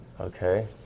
Okay